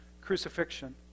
crucifixion